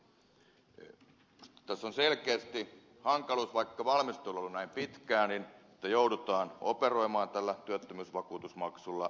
minusta tässä on selkeästi se hankaluus vaikka valmistelu on ollut näin pitkää että joudutaan operoimaan tällä työttömyysvakuutusmaksulla